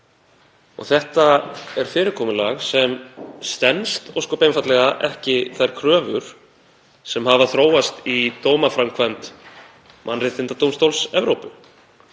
Þetta er fyrirkomulag sem stenst ósköp einfaldlega ekki þær kröfur sem hafa þróast í dómaframkvæmd Mannréttindadómstóls Evrópu